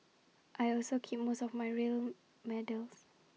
I also keep most of my real medals